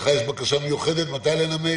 לך יש בקשה מיוחדת מתי לנמק?